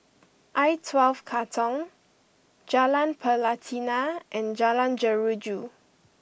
I Twelve Katong Jalan Pelatina and Jalan Jeruju